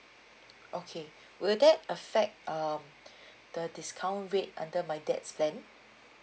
okay will that affect um the discount rate under my dad's plan